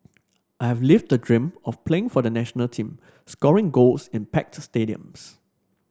I have lived the dream of playing for the national team scoring goals in packed stadiums